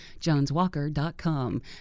joneswalker.com